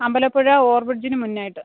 Ambalappuzha over ബ്രിഡ്ജിന് മുന്നെ ആയിട്ട്